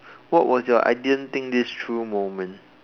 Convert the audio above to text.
what was your I didn't think this through moment